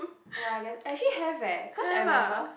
ya I guess actually have eh cause I remember